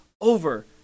over